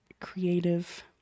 creative